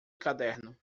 caderno